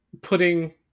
putting